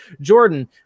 jordan